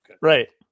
Right